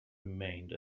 remained